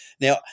Now